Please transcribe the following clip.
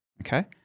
Okay